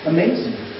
Amazing